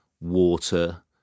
water